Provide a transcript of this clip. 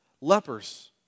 lepers